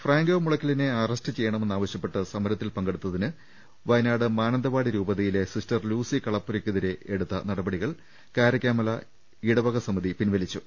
Franco മുളക്കലിനെ arrest ചെയ്യണമെന്നാവശ്യപ്പെട്ട് സമരത്തിൽ പങ്കെടുത്തതിന് വയനാട് മാനന്തവാടി രൂപതയിലെ സിസ്റ്റർ ലൂസി കളപ്പുരക്കെതിരെ എടുത്ത നടപടികൾ കാരക്കാമല ഇടവക സമിതി പിൻവലിച്ചു